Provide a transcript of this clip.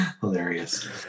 hilarious